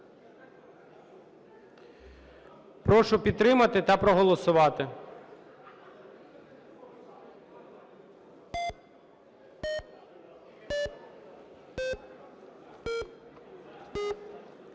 Прошу підтримати та проголосувати.